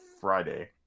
Friday